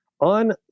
on